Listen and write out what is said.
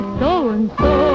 so-and-so